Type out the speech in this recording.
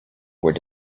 were